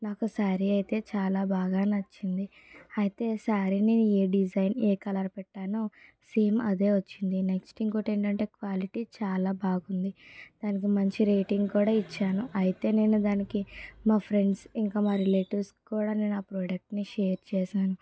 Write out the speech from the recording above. నాకు శారీ అయితే చాలా బాగా నచ్చింది అయితే శారీ నేను ఏ డిజైన్ ఏ కలర్ పెట్టానో సేమ్ అదే వచ్చింది నెక్స్ట్ ఇంకోటేంటంటే క్వాలిటీ చాలా బాగుంది దానికి మంచి రేటింగ్ కూడా ఇచ్చాను అయితే నేను దానికి మా ఫ్రెండ్స్ ఇంకా మా రిలేటివ్స్ కూడా నేను ఆ ప్రాడక్ట్ ని షేర్ చేశాను